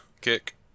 kick